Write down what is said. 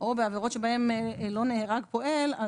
או בעבירות של חבלה חמורה שבהם לא נהרג פועל.